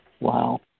Wow